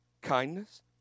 kindness